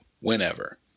whenever